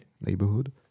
neighborhood